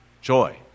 Joy